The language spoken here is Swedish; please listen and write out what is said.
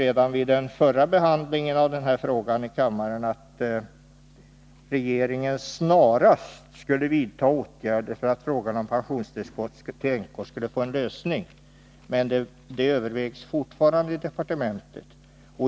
Redan vid förra behandlingen av denna fråga i kammaren förutsatte majoriteten att regeringen snarast skulle vidta åtgärder för att frågan om pensionstillskott till änkor skall få en lösning. Men frågan övervägs fortfarande i departementet.